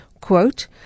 Quote